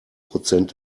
prozent